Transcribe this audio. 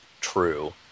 true